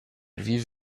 wie